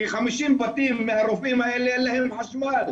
כ- 50 בתים מהרופאים האלה אין להם חשמל,